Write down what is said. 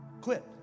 Quit